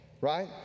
Right